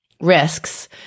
risks